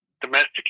domestic